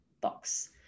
box